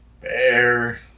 bear